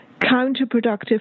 counterproductive